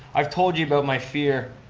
i've told you about my fear,